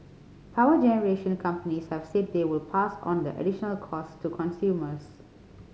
power generation companies have said they will pass on the additional costs to consumers